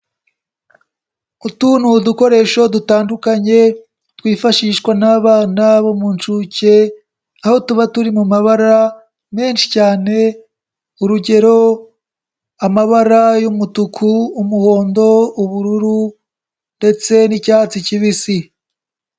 Utu ni udukoresho dutandukanye twifashishwa n'abana bo mu nshuke, aho tuba turi mu mabara menshi cyane, urugero amabara y'umutuku, umuhondo, ubururu ndetse n'icyatsi kibisi.